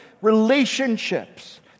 relationships